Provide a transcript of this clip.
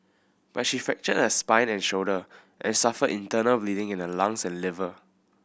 but she fractured her spine and shoulder and suffered internal bleeding in her lungs and liver